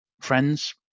friends